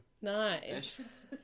Nice